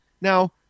Now